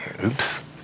Oops